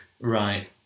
Right